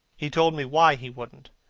he told me why he wouldn't,